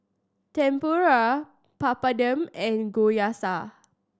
Tempura Papadum and Gyoza